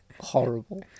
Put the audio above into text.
horrible